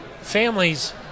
families